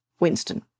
Winston